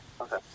Okay